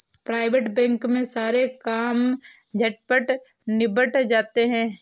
private bank में सारे काम झटपट निबट जाते हैं